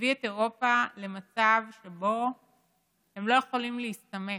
הביא את אירופה למצב שבו הם לא יכולים להסתמך,